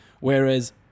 whereas